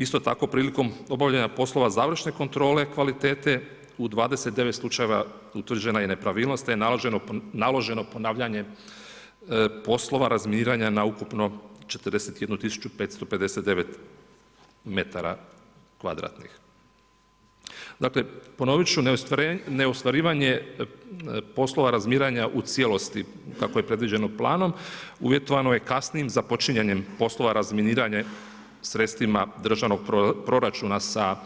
Isto tako prilikom obavljanja poslova završne kontrole kvalitete u 29 slučajeva utvrđena je nepravilnost te je naloženo ponavljanje poslova razminiranja na ukupnu 41559 m2 Dakle, ponoviti ću, neostvarivanje poslova razminiranja u cijelosti, kako je predviđeno planom, uvjetovano je kasnim započinjanja poslova razminiranja sredstvima državnog proračuna, sa